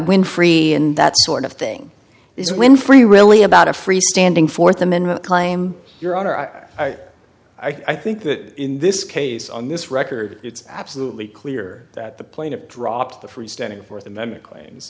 winfrey and that sort of thing is winfrey really about a freestanding fourth amendment claim your honor i i i think that in this case on this record it's absolutely clear that the plaintiff drop the freestanding fourth amendment claims